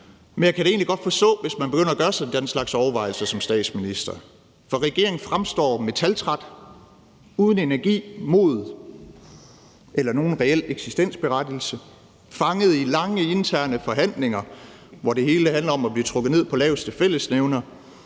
men jeg kan da egentlig godt forstå, hvis man begynder at gøre sig den slags overvejelser som statsminister. For regeringen fremstår metaltræt, uden energi, mod eller nogen reel eksistensberettigelse, fanget i lange interne forhandlinger, hvor det hele handler om at blive trukket ned på laveste fællesnævner.